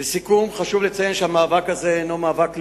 לסיכום, חשוב לציין שהמאבק הזה הינו מאבק לאומי,